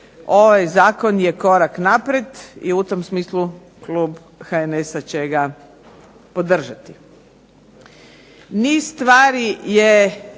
ovaj zakon je korak naprijed i u tom smislu klub HNS-a će ga podržati.